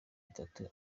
itatu